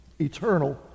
eternal